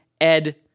Ed